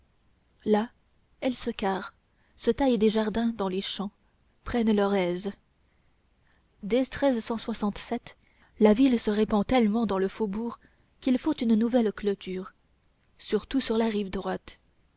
là elles se carrent se taillent des jardins dans les champs prennent leurs aises dès la ville se répand tellement dans le faubourg qu'il faut une nouvelle clôture surtout sur la rive droite